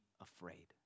afraid